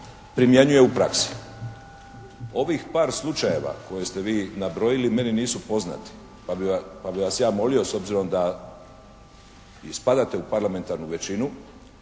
primjenjuje u praksi. Ovih par slučajeva koje ste vi nabrojili meni nisu poznati, pa bih vas ja molio s obzirom da i spadate u parlamentarnu većinu